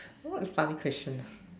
what a funny question